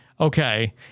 Okay